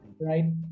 right